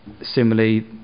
similarly